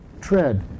tread